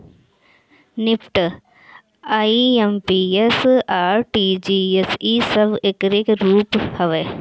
NEFT, IMPS, RTGS इ सब एकरे रूप हवे